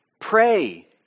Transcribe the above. Pray